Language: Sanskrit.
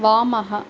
वामः